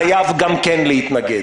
חייב גם כן להתנגד.